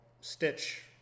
stitch